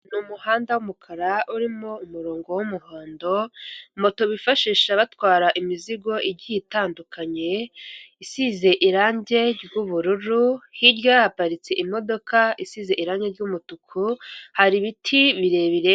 Ni umuhanda w'umukara urimo umurongo w'umuhondo, moto bifashisha batwara imizigo igiye itandukanye, isize irangi ry'ubururu hirya haparitse imodoka isize irangi ry'umutuku hari ibiti birebire.